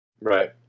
Right